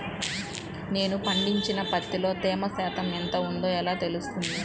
నేను పండించిన పత్తిలో తేమ శాతం ఎంత ఉందో ఎలా తెలుస్తుంది?